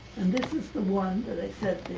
and this is the one that i said,